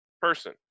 person